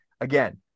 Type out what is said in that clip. again